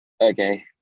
okay